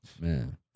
man